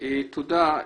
תודה.